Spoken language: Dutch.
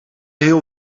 heel